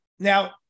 Now